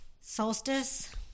solstice